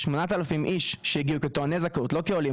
8,000 איש שהגיעו כטועני זכאות לא כעולים,